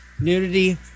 nudity